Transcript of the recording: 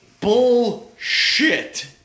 Bullshit